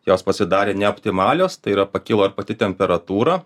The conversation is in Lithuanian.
jos pasidarė neoptimalios tai yra pakilo ir pati temperatūra